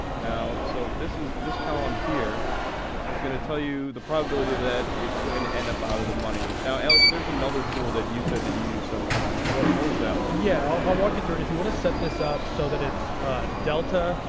now, so this column here is going to tell you the probability that it's going to end up out of the money. now alex, there's another tool that you said that you use sometimes. what what was that one? yeah, i'll walk you through it. if you want to set this up so that it's a delta,